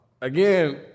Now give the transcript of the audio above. Again